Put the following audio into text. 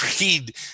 read